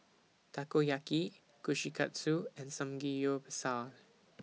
Takoyaki Kushikatsu and Samgeyopsal